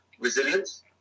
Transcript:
resilience